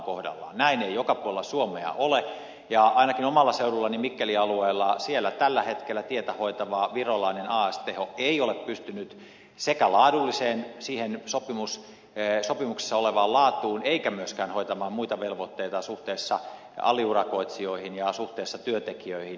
näin ei joka puolella suomea ole ja ainakin omalla seudullani mikkelin alueella tällä hetkellä tietä hoitava virolainen as teho ei ole pystynyt sekä laadulliseen siihen sopimus ei sopimuksessa olevaan laatuun eikä myöskään hoitamaan muita velvoitteitaan suhteessa aliurakoitsijoihin ja suhteessa työntekijöihin